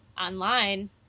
online